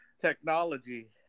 technology